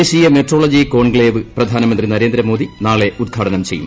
ദേശീയ metrology conclave പ്രധാനമന്ത്രി നരേന്ദ്രമോദി നാളെ ഉദ്ഘാടനം ചെയ്യും